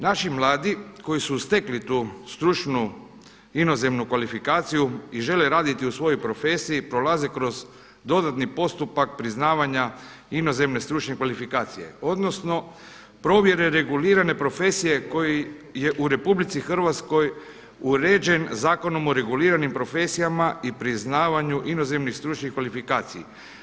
Naši mladi koji su stekli tu stručnu inozemnu kvalifikaciju i žele raditi u svojoj profesiji prolaze kroz dodatni postupak priznavanja inozemne stručne kvalifikacije odnosno provjere regulirane profesije koji je u RH uređen Zakonom o reguliranim profesijama i priznavanju inozemnih stručnih kvalifikacija.